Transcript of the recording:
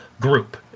group